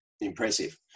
impressive